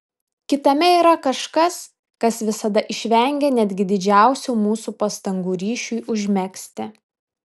kitame yra kažkas kas visada išvengia netgi didžiausių mūsų pastangų ryšiui užmegzti